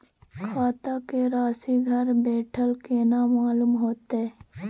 खाता के राशि घर बेठल केना मालूम होते?